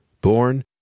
Born